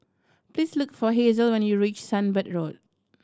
please look for Hazelle when you reach Sunbird Road